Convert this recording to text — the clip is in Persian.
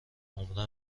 عمرا